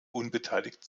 unbeteiligt